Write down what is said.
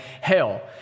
hell